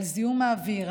זיהום האוויר,